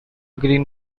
green